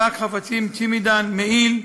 שק-חפצים/צ'ימידן, מעיל,